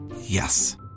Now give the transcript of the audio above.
Yes